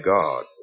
God